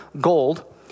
gold